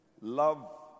Love